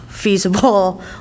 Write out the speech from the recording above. feasible